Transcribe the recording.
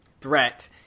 threat